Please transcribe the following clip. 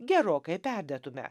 gerokai perdėtume